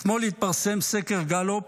אתמול התפרסם סקר גאלופ